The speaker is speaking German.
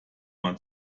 man